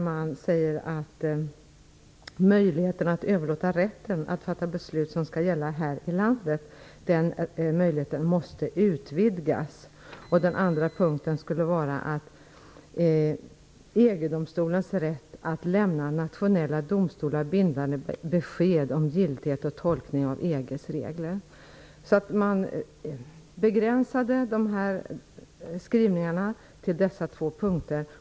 Man sade att möjligheten att överlåta rätten att fatta beslut som skall gälla här i landet måste utvidgas. Det var den ena förändringen. Den andra punkten skulle vara EG-domstolens rätt att lämna nationella domstolar bindande besked om giltighet och tolkning av EG:s regler. Man begränsade skrivningarna till dessa två punkter.